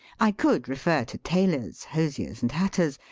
i could refer to tailors, hosiers, and hatters,